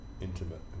intimate